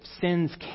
sins